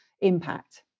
impact